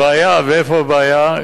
הבעיה, ואיפה הבעיה?